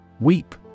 Weep